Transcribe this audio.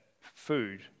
food